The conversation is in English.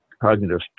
cognitive